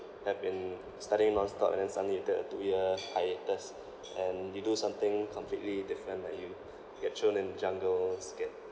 have been studying non stop and then suddenly you take a two year hiatus and you do something completely different like you get thrown into jungles get